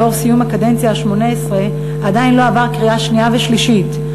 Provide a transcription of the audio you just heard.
לאור סיום הקדנציה השמונה-עשרה עדיין לא עבר קריאה שנייה ושלישית,